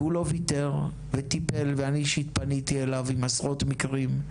והוא לא ויתר וטיפל ואני אישית פניתי אליו עם עשרות מקרים,